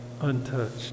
untouched